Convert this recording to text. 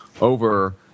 over